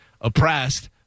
oppressed